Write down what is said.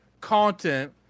content